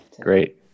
Great